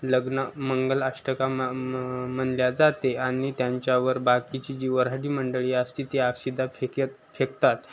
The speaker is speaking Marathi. लग्न मंगलाष्टका म म म्हणले जाते आणि त्यांच्यावर बाकीची जी वऱ्हाडी मंडळी असते ती अक्षता फेकत फेकतात